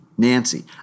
Nancy